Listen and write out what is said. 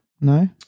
No